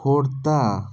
Khordha